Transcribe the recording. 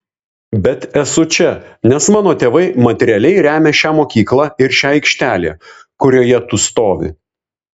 bet esu čia nes mano tėvai materialiai remia šią mokyklą ir šią aikštelę kurioje tu stovi